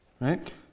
right